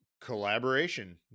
collaboration